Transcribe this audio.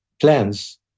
plans